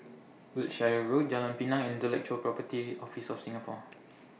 Wiltshire Road Jalan Pinang and Intellectual Property Office of Singapore